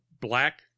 black